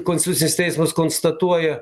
konstitucinis teismas konstatuoja